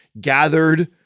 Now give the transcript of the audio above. gathered